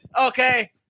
Okay